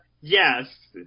yes